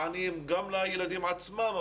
מענים גם לילדים עצמם,